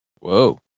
Whoa